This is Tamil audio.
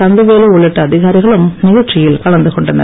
கந்தவேலு உள்ளிட்ட அதிகாரிகளும் நிகழ்ச்சியில் கலந்து கொண்டனர்